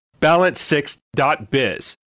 Balance6.biz